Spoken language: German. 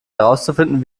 herauszufinden